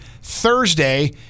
Thursday